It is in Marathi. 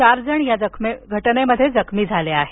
चार जण या घटनेत जखमी झाले आहेत